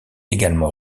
également